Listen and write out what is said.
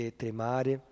tremare